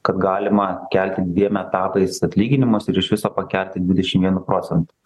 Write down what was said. kad galima kelti dviem etapais atlyginimus ir iš viso pakelti dvidešimt vienu procentu